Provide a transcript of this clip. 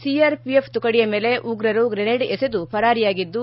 CRPF ತುಕಡಿಯ ಮೇಲೆ ಉಗ್ರರು ಗ್ರೆನೇಡ್ ಎಸೆದು ಪರಾರಿಯಾಗಿದ್ದು